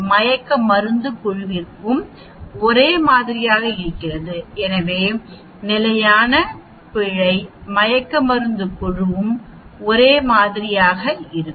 மயக்க மருந்து குழுவிற்கும் ஒரே மாதிரியாக இருக்கிறது எனவே நிலையான பிழை மயக்க மருந்து குழுவும் ஒரே மாதிரியாக இருக்கும்